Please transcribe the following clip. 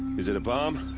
is it a bomb?